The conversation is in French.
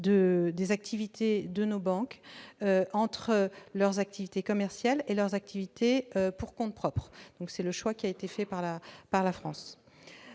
des activités de nos banques entre leurs activités commerciales et leurs activités pour compte propre. Tel est le choix fait par la France.